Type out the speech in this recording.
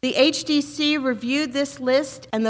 the h d c reviewed this list and